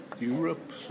Europe